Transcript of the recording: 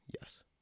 Yes